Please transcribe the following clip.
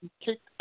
kicked